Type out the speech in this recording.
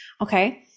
okay